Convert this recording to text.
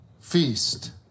feast